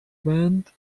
بند